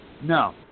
No